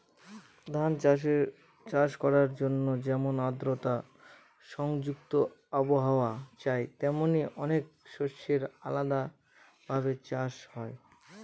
ধান চাষ করার জন্যে যেমন আদ্রতা সংযুক্ত আবহাওয়া চাই, তেমনি অনেক শস্যের আলাদা ভাবে চাষ হয়